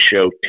Show